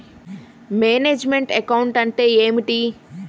Manage meant account అంటే ఏమిటి?